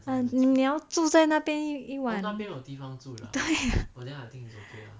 你要住在那边一晚